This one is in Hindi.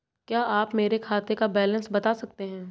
क्या आप मेरे खाते का बैलेंस बता सकते हैं?